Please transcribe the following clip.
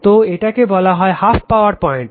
তো এটাকে বলা হয় হ্যাফ পাওয়ার পয়েন্ট